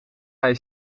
hij